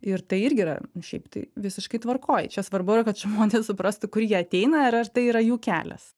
ir tai irgi yra nu šaip tai visiškai tvarkoj čia svarbu yra kad žmonės suprastų kur jie ateina ir ar tai yra jų kelias